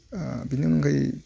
बेनि अनगायै